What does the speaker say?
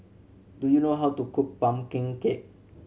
do you know how to cook pumpkin cake